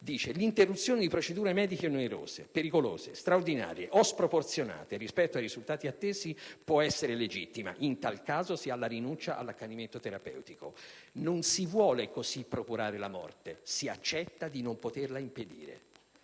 2278: «L'interruzione di procedure mediche onerose, pericolose, straordinarie o sproporzionate rispetto ai risultati attesi può essere legittima. In tal caso si ha la rinuncia all'"accanimento terapeutico". Non si vuole così procurare la morte: si accetta di non poterla impedire.